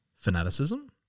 fanaticism